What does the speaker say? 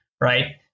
right